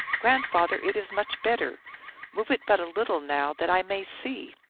grandfather, it is much better move it but a little now, that i may see!